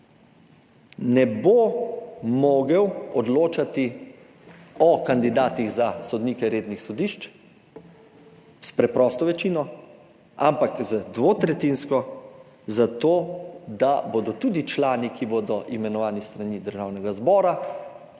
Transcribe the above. ne bo mogel odločati o kandidatih za sodnike rednih sodišč s preprosto večino, ampak z dvotretjinsko, zato da bodo tudi člani, ki bodo imenovani s strani Državnega zbora,